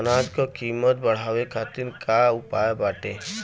अनाज क कीमत बढ़ावे खातिर का उपाय बाटे?